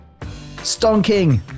Stonking